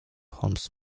holmes